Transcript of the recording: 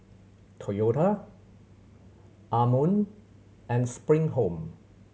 Toyota Anmum and Spring Home